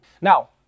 Now